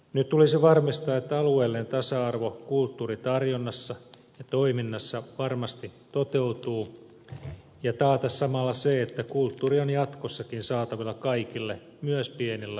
nyt tulisi varmistaa että alueellinen tasa arvo kulttuuritarjonnassa ja toiminnassa varmasti toteutuu ja tulisi taata samalla se että kulttuuria on jatkossakin saatavilla kaikille myös pienellä paikkakunnalla